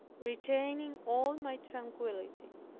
retaining all my tranquillity.